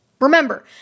Remember